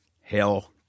Hell